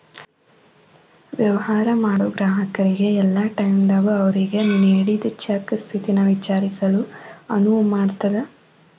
ವ್ಯವಹಾರ ಮಾಡೋ ಗ್ರಾಹಕರಿಗೆ ಯಲ್ಲಾ ಟೈಮದಾಗೂ ಅವ್ರಿಗೆ ನೇಡಿದ್ ಚೆಕ್ ಸ್ಥಿತಿನ ವಿಚಾರಿಸಲು ಅನುವು ಮಾಡ್ತದ್